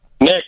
Nick